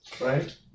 right